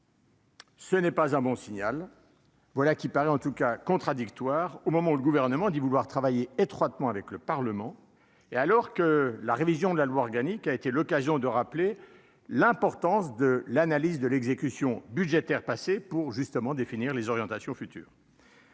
Ce n'est pas un bon signal, voilà qui paraît en tout cas contradictoires au moment où le gouvernement dit vouloir travailler étroitement avec le Parlement, et alors que la révision de la loi organique a été l'occasion de rappeler l'importance de l'analyse de l'exécution budgétaire passer pour justement définir les orientations futures.